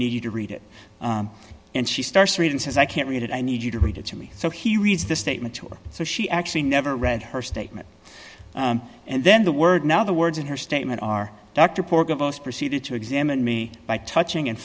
you to read it and she starts reading says i can't read it i need you to read it to me so he reads the statement to her so she actually never read her statement and then the word now the words in her statement are dr proceeded to examine me by touching and